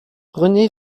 rené